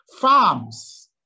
farms